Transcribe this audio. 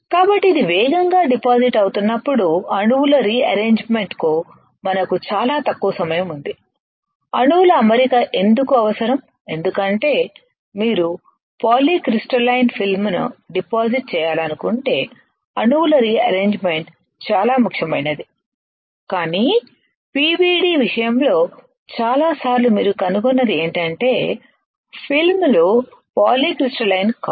కాబట్టి ఇది వేగంగా డిపాజిట్ అవుతున్నప్పుడు అణువుల రీ అరేంజ్ మెన్ట్ కు మనకు చాలా తక్కువ సమయం ఉంది అణువుల అమరిక ఎందుకు అవసరం ఎందుకంటే మీరు పాలీక్రిస్టలైన్ ఫిల్మ్ను డిపాజిట్ చేయాలనుకుంటే అణువుల రీ అరేంజ్ మెన్ట్ చాలా ముఖ్యమైనది కాని పివిడి విషయంలో చాలా సార్లు మీరు కనుగొన్నది ఏంటంటే ఫిల్మ్లు పాలీక్రిస్టలైన్ కాదు